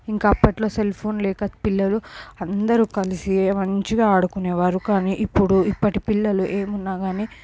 ఇంకా అప్పట్లో cell phone లేక పిల్లలు అందరూ కలిసి మంచిగా ఆడుకునేవారు కానీ ఇప్పుడు ఇప్పటి పిల్లలు ఏమున్నా కానీ